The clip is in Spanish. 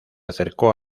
acercó